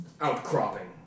outcropping